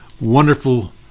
wonderful